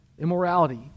Immorality